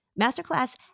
Masterclass